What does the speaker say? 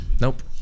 Nope